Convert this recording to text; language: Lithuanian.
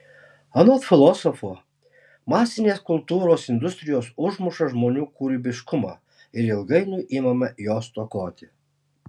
anot filosofo masinės kultūros industrijos užmuša žmonių kūrybiškumą ir ilgainiui imame jo stokoti